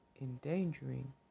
endangering